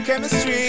chemistry